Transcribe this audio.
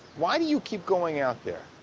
why do you keep going out there?